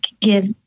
give